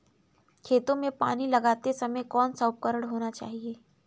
खेतों में पानी लगाते समय कौन सा उपकरण होना चाहिए?